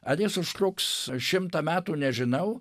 ar jis užtruks šimtą metų nežinau